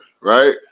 right